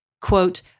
quote